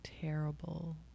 terrible